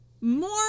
more